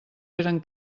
eren